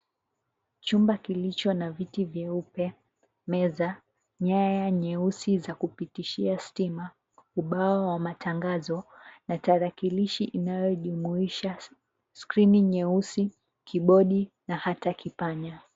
Chumba kilicho na viti vyeupe, meza, nyaya nyeusi za kupitisha stima, ubao wa matangazo na tarakilishi inayojumuisha skirini nyeusi, kibodi na hata kipanya.